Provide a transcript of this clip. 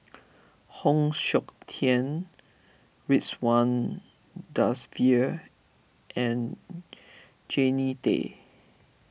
Heng Siok Tian Ridzwan Dzafir and Jannie Tay